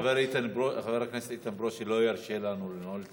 חבר הכנסת איתן ברושי לא ירשה לנו לנעול את